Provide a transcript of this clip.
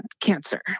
cancer